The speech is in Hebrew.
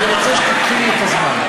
אני רוצה שתתחילי את הזמן.